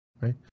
right